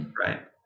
right